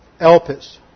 elpis